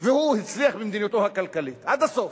והוא הצליח במדיניותו הכלכלית עד הסוף.